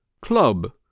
Club